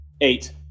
Eight